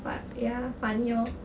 but ya funny lor